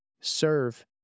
serve